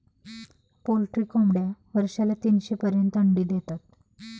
poultry कोंबड्या वर्षाला तीनशे पर्यंत अंडी देतात